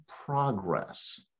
progress